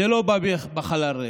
זה לא בא בחלל ריק,